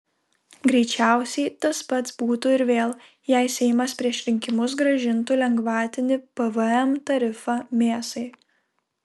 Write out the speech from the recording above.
greičiausiai tas pats būtų ir vėl jei seimas prieš rinkimus grąžintų lengvatinį pvm tarifą mėsai